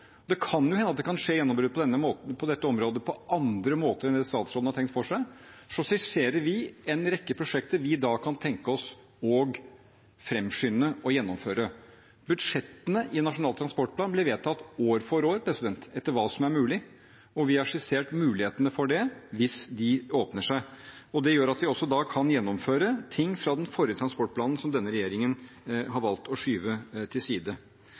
det kan jo hende at det kan skje gjennombrudd på dette området på andre måter enn det statsråden har sett for seg – skisserer vi en rekke prosjekter vi da kan tenke oss å framskynde og gjennomføre. Budsjettene i Nasjonal transportplan blir vedtatt år for år, etter hva som er mulig, og vi har skissert mulighetene for det hvis de åpner seg. Det gjør at vi også kan gjennomføre ting fra den forrige transportplanen som denne regjeringen har valgt å skyve til side.